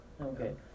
Okay